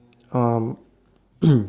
um